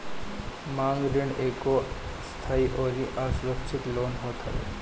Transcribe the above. मांग ऋण एगो अस्थाई अउरी असुरक्षित लोन होत हवे